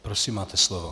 Prosím, máte slovo.